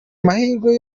amahirwe